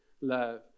love